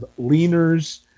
leaners